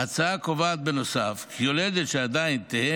ההצעה קובעת בנוסף כי יולדת שעדיין תהא